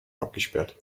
abgesperrt